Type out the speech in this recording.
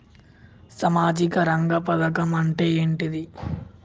సామాజిక రంగ పథకం అంటే ఏంటిది?